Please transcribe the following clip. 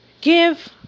give